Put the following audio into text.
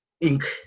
ink